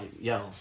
yo